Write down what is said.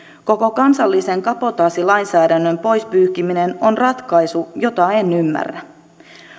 koko kansallisen kabotaasilainsäädännön pois pyyhkiminen on ratkaisu jota en ymmärrä